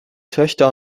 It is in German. töchter